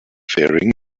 faring